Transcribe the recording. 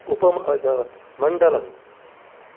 उपम मण्डलम्